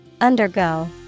Undergo